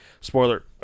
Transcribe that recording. Spoiler